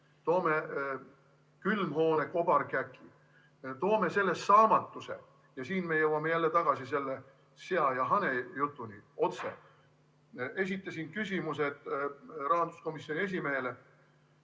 külmhoone kobarkäki, selle saamatuse, ja me jõuame jälle tagasi selle sea ja hane jutuni: "Otse!" Esitasin küsimuse rahanduskomisjoni esimehele: